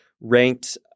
ranked